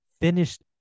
finished